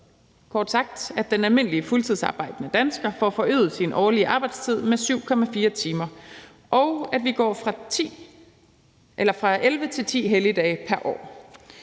kort sagt, at den almindelige fuldtidsarbejdende dansker får forøget sin årlige arbejdstid med 7,4 timer, og at vi går fra 11 til 10 helligdage pr. år